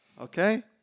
Okay